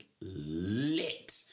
lit